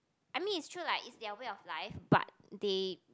I mean is true like it's their way of life but they